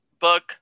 book